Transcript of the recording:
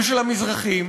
ושל המזרחים,